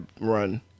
run